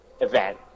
event